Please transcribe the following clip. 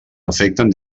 afecten